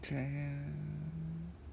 !chey!